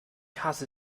hasse